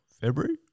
February